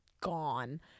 gone